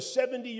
70